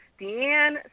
Deanne